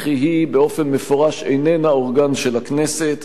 וכי היא באופן מפורש איננה אורגן של הכנסת.